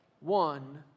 One